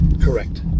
Correct